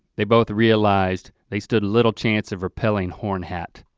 they both realized they stood little chance of repelling hornhat.